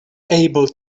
able